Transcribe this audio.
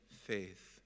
faith